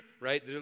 Right